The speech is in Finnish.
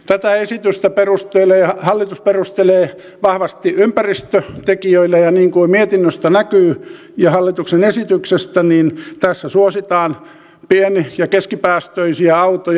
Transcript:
tätä esitystä hallitus perustelee vahvasti ympäristötekijöillä ja niin kuin mietinnöstä ja hallituksen esityksestä näkyy tässä suositaan pieni ja keskipäästöisiä autoja